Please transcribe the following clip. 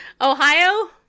Ohio